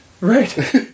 Right